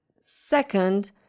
second